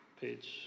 page